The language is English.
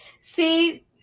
See